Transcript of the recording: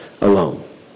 alone